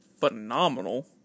phenomenal